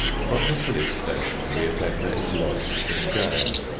from the police station the offender is lodged in jail.